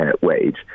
wage